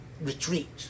retreat